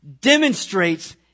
demonstrates